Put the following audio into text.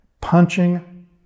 Punching